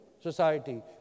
society